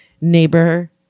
Neighbor